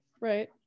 right